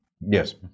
Yes